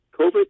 COVID